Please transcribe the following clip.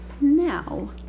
now